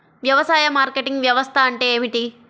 వ్యవసాయ మార్కెటింగ్ వ్యవస్థ అంటే ఏమిటి?